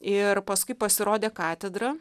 ir paskui pasirodė katedra